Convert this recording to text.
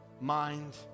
mind